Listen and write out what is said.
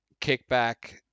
kickback